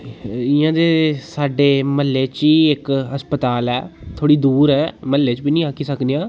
इ'यां ते साड्डे म्हल्ले च ही इक हस्पताल ऐ थोह्ड़ी दूर ऐ म्हल्ले च बी नेईं आक्खी सकने आं